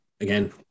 Again